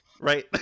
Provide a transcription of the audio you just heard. Right